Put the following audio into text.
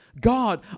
God